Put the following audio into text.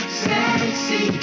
sexy